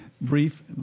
brief